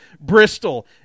Bristol